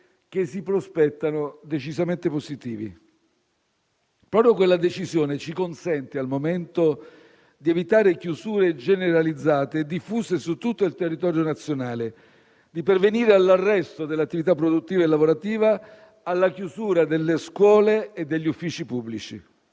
(che si prospettano decisamente positivi). Proprio quella decisione ci consente al momento di evitare chiusure generalizzate diffuse su tutto il territorio nazionale, di pervenire all'arresto dell'attività produttiva e lavorativa, alla chiusura delle scuole e degli uffici pubblici.